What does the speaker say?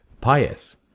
pious